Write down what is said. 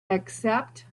except